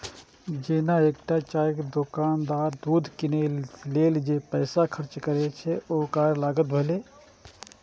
जेना एकटा चायक दोकानदार दूध कीनै लेल जे पैसा खर्च करै छै, से ओकर लागत भेलै